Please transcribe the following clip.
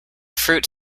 fruit